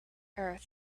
earth